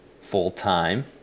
full-time